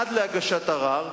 עד להגשת ערר,